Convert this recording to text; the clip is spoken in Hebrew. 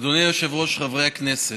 אדוני היושב-ראש, חברי הכנסת,